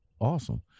Awesome